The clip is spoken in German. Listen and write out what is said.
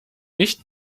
nicht